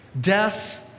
death